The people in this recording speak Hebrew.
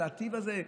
על הטיב הזה?